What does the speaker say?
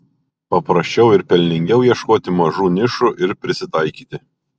paprasčiau ir pelningiau ieškoti mažų nišų ir prisitaikyti